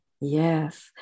Yes